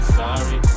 sorry